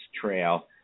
trail